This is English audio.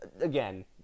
again